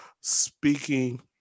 speaking